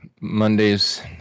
Monday's